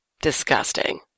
Disgusting